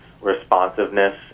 responsiveness